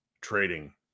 trading